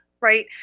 right